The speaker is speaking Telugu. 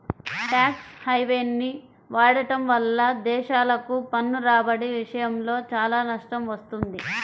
ట్యాక్స్ హెవెన్ని వాడటం వల్ల దేశాలకు పన్ను రాబడి విషయంలో చాలా నష్టం వస్తుంది